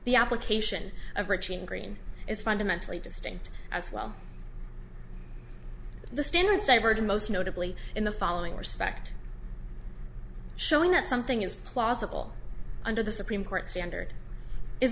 the application of reaching green is fundamentally distinct as well the students i've heard most notably in the following respect showing that something is plausible under the supreme court standard is